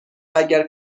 اگر